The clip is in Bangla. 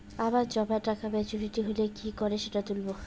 আমার জমা টাকা মেচুউরিটি হলে কি করে সেটা তুলব?